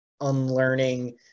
unlearning